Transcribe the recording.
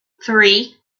three